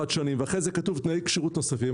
שנים ואחרי זה כתוב: תנאי כשירות נוספים,